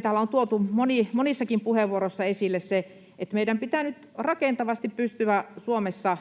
täällä on tuotu monissakin puheenvuoroissa esille se, meidän pitää nyt rakentavasti pystyä Suomessa